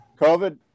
covid